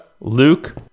Luke